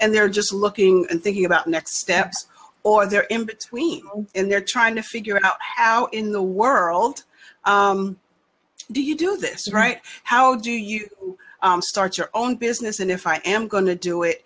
and they're just looking and thinking about next steps or they're in between is the trying to figure out how in the world do you do this right how do you start your own business and if i am going to do it